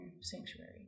sanctuary